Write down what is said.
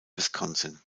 wisconsin